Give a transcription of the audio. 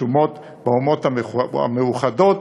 רשומות באומות-המאוחדות,